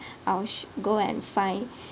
I'll sh~ go and find